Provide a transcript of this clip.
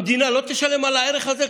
המדינה לא תשלם על הערך הזה?